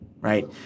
right